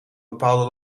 bepaalde